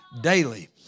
daily